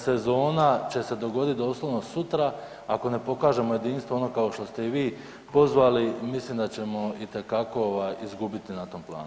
Sezona će se dogoditi doslovno sutra, ako ne pokažemo jedinstvo ono kao što ste i vi pozvali mislim da ćemo itekako izgubiti na tom planu.